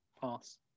pass